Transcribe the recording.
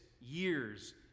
years